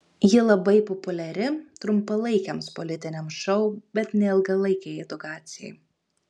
ji labai populiari trumpalaikiams politiniams šou bet ne ilgalaikei edukacijai